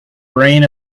brain